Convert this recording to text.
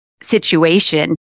situation